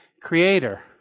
creator